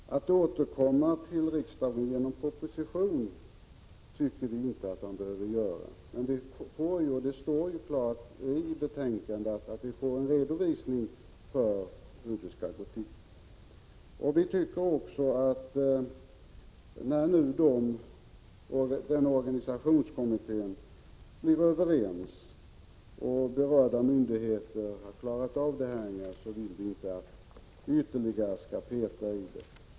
Herr talman! Att återkomma till riksdagen genom proposition tycker vi inte att man behöver göra. Men det står ju klart uttalat i betänkandet att riksdagen får en redovisning för hur det hela skall gå till. När man inom organisationskommittén är överens och berörda myndigheter har klarat av detta, så tycker vi inte att man ytterligare skall peta i det.